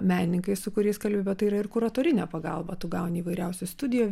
menininkai su kuriais kalbi bet tai yra ir kuratorinė pagalba tu gauni įvairiausių studijų